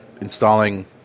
installing